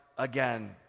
again